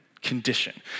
condition